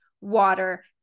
water